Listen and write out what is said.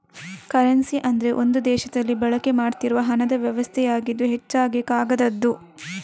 currency ಅಂದ್ರೆ ಒಂದು ದೇಶದಲ್ಲಿ ಬಳಕೆ ಮಾಡ್ತಿರುವ ಹಣದ ವ್ಯವಸ್ಥೆಯಾಗಿದ್ದು ಹೆಚ್ಚಾಗಿ ಕಾಗದದ್ದು